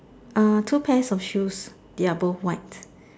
uh two pairs of shoes they are both white